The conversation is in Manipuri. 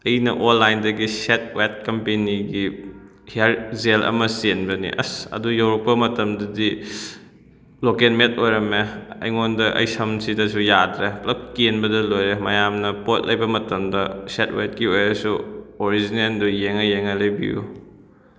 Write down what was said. ꯑꯩꯅ ꯑꯣꯟꯂꯥꯏꯟꯗꯒꯤ ꯁꯦꯠ ꯋꯦꯠ ꯀꯝꯄꯦꯅꯤꯒꯤ ꯍꯤꯌꯥꯔ ꯖꯦꯜ ꯑꯃ ꯆꯦꯟꯕꯅꯤ ꯑꯁ ꯑꯗꯨ ꯌꯧꯔꯛꯄ ꯃꯇꯝꯗꯗꯤ ꯂꯣꯀꯦꯟ ꯃꯦꯗ ꯑꯣꯏꯔꯝꯃꯦ ꯑꯩꯉꯣꯟꯗ ꯑꯩ ꯁꯝꯁꯤꯗꯁꯨ ꯌꯥꯗ꯭ꯔꯦ ꯄꯨꯂꯞ ꯀꯦꯟꯕꯗ ꯂꯣꯏꯔꯦ ꯃꯌꯥꯝꯅ ꯄꯣꯠ ꯂꯩꯕ ꯃꯇꯝꯗ ꯁꯦꯠ ꯋꯦꯠꯀꯤ ꯑꯣꯏꯔꯁꯨ ꯑꯣꯔꯤꯖꯤꯅꯦꯜꯗꯨ ꯌꯦꯡꯉ ꯌꯦꯡꯉꯒ ꯂꯩꯕꯤꯌꯨ